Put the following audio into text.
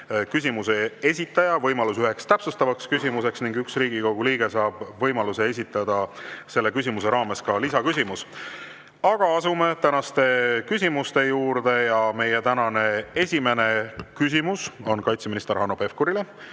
küsimuse esitaja võimaluse üheks täpsustavaks küsimuseks ning üks Riigikogu liige saab võimaluse esitada selle küsimuse raames lisaküsimuse. Asume tänaste küsimuste juurde. Meie tänane esimene küsimus on kaitseminister Hanno Pevkurile.